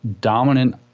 dominant